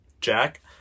Jack